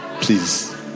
Please